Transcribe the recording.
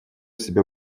себя